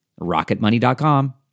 Rocketmoney.com